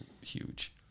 huge